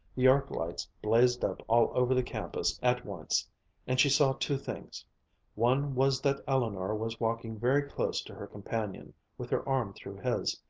the arc-lights blazed up all over the campus at once and she saw two things one was that eleanor was walking very close to her companion, with her arm through his,